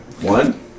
one